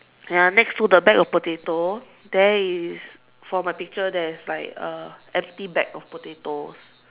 ya next to the back of potato there is for my picture there's like uh empty bag of potato